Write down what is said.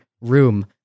room